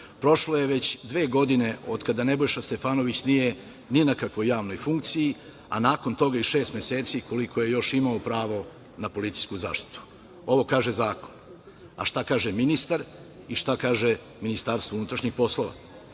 Prošlo je već dve godine od kada Nebojša Stefanović nije ni na kakvoj javnoj funkciji, a nakon toga i šest meseci koliko je još imao pravo na policijsku zaštitu. Ovo kaže zakon. A šta kaže ministar i šta kaže MUP? Po kom je to